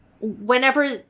whenever –